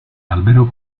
albero